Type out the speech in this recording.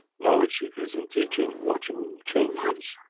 knowledge seekers in teaching watching changes.